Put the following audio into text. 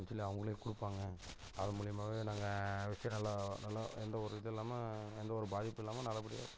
அப்படின்னு சொல்லி அவங்களே கொடுப்பாங்க அது மூலிமாவே நாங்கள் வச்சி நல்ல நல்ல எந்த ஒரு இதுல்லாமல் எந்த ஒரு பாதிப்பும் இல்லாமல் நல்லபடியாக